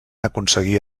aconseguir